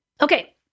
Okay